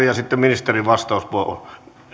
ja sitten ministerille vastauspuheenvuoro